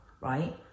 right